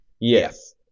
yes